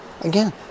Again